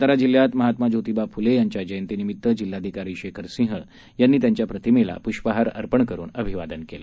सातारा जिल्ह्यात महात्मा जोतिबा फुले यांच्या जयंतीनिमित्त जिल्हाधिकारी शेखर सिंह यांनी त्यांच्या प्रतिमेला पुष्पहार अर्पण करुन अभिवादन केलं